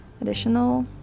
additional